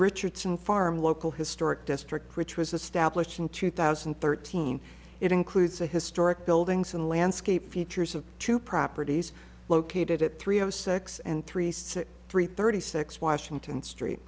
richardson farm local historic district which was established in two thousand and thirteen it includes a historic buildings and landscape features of two properties located at three o six and three six three thirty six washington street